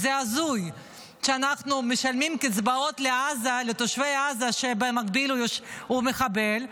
זה הזוי שאנחנו משלמים קצבאות לתושב עזה כשבמקביל הוא מחבל,